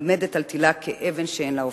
עומדת על תלה כאבן שאין לה הופכין.